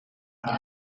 saya